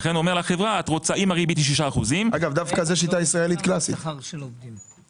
לכן הוא אומר לחברה- -- דווקא זה שיטה ישראלית קלאסית לגלגל על הצרכן.